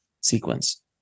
sequence